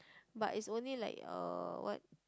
but it's only like uh what